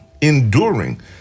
enduring